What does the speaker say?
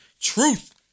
truth